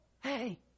Hey